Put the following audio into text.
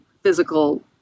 physical